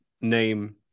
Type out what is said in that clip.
name